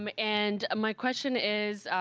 um and my question is,